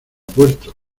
puerto